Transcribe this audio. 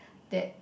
that